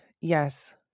Yes